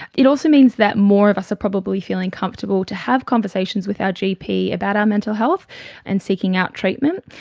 it also means that more of us are probably feeling comfortable to have conversations with our gp about our mental health and seeking out treatment.